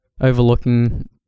overlooking